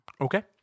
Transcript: Okay